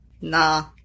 nah